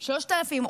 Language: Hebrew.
3,000?